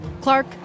Clark